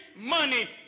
money